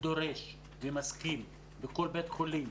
שדורש ומסכים, לכל בית חולים,